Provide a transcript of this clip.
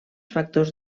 factors